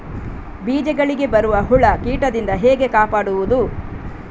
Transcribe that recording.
ಬೀಜಗಳಿಗೆ ಬರುವ ಹುಳ, ಕೀಟದಿಂದ ಹೇಗೆ ಕಾಪಾಡುವುದು?